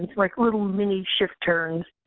like little knee shift turns,